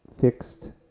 fixed